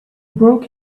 broke